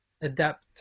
adapt